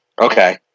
Okay